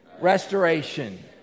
Restoration